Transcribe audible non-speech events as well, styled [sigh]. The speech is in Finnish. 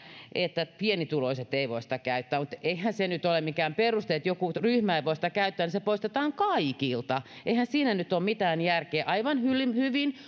että pienituloiset eivät voi sitä käyttää eihän se nyt ole mikään peruste että joku ryhmä ei voi sitä käyttää siihen että se poistetaan kaikilta eihän siinä nyt ole mitään järkeä aivan hyvin hyvin [unintelligible]